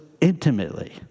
intimately